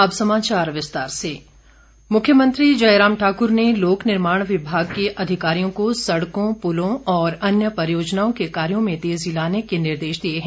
अब समाचार विस्तार से मुख्यमंत्री मुख्यमंत्री जयराम ठाक्र ने लोक निर्माण विभाग के अधिकारियों को सड़कों पुलों और अन्य परियोजनाओं के कार्यों में तेजी लाने के निर्देश दिए है